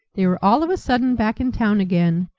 they were all of a sudden back in town again,